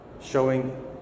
showing